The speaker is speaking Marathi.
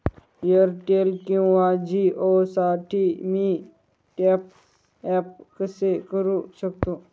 एअरटेल किंवा जिओसाठी मी टॉप ॲप कसे करु शकतो?